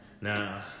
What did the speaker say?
Now